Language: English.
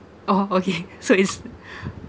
oh okay so it's